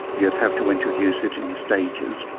you would have to introduce it in stages.